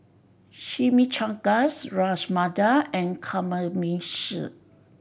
Chimichangas Ras Malai and Kamameshi